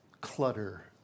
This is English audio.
clutter